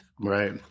right